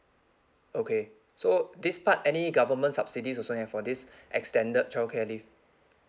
okay so this part any government subsidies also have for this extended childcare leave